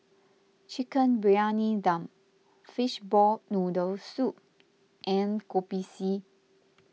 Chicken Briyani Dum Fishball Noodle Soup and Kopi C